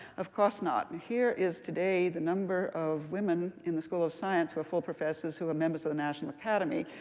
of course not. here is today the number of women in the school of science who are full professors who are members of the national academy.